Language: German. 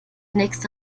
nächste